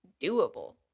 doable